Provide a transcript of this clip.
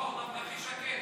לא, הוא דווקא הכי שקט.